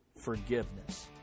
forgiveness